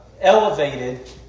elevated